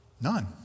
None